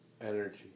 energy